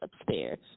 upstairs